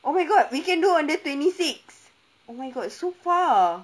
oh my god we can do on the twenty six oh my god so far